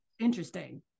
interesting